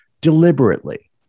deliberately